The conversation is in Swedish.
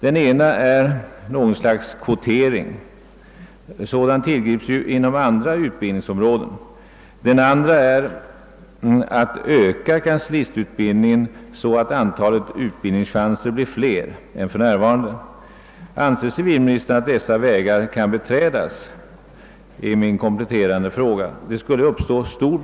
Den ena är något slags kvotering; sådan tillgrips inom andra utbildningsområden. Den andra är att öka kanslistutbildningen så att antalet utbildningschanser blir fler än för närvarande. Anser civilministern att dessa vägar kan beträdas? Det är min kompletterande fråga.